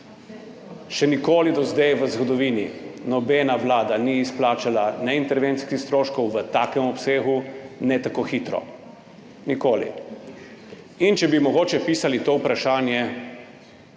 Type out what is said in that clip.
Še nikoli do zdaj v zgodovini nobena vlada ni izplačala intervencijskih stroškov v takem obsegu niti ne tako hitro, nikoli. In če bi mogoče pisali to vprašanje